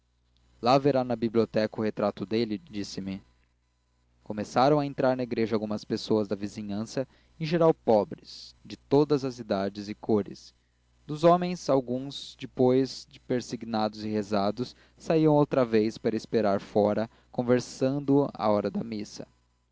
lá verá na biblioteca o retrato dele disse-me começaram a entrar na igreja algumas pessoas da vizinhança em geral pobres de todas as idades e cores dos homens alguns depois de persignados e rezados saíam outra vez para esperar fora conversando a hora da missa